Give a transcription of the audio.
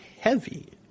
heavy